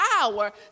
power